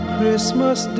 Christmas